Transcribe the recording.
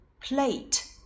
Plate